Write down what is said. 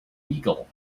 beagle